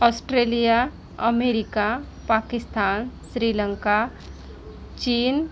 Australia America Pakistan Sri Lanka चीन